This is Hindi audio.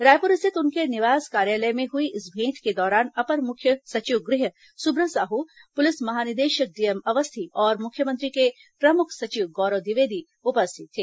रायपुर स्थित उनके निवास कार्यालय में हुई इस भेंट के दौरान अपर मुख्य सचिव गृह सुब्रत साहू पुलिस महानिदेशक डीएम अवस्थी और मुख्यमंत्री के प्रमुख सचिव गौरव द्विवेदी उपस्थित थे